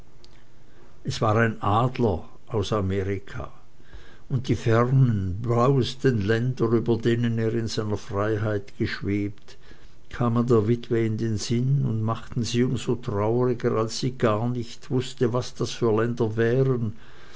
es war ein adler aus amerika und die fernen blauesten länder über denen er in seiner freiheit geschwebt kamen der witwe in den sinn und machten sie um so trauriger als sie gar nicht wußte was das für länder wären